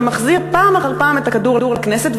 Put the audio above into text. ומחזיר פעם אחר פעם את הכדור לכנסת.